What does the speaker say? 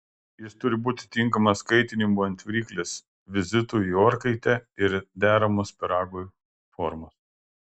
jis turi būti tinkamas kaitinimui ant viryklės vizitui į orkaitę ir deramos pyragui formos